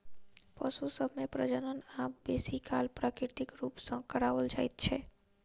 पशु सभ मे प्रजनन आब बेसी काल अप्राकृतिक रूप सॅ कराओल जाइत छै